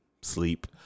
sleep